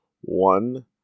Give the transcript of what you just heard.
one